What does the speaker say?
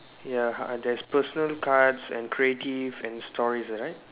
ya and there's personal cards and creative and stories uh right